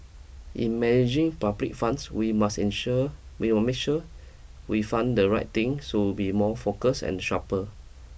in managing public funds we must ensure we'll make sure we fund the right thing to be more focused and sharper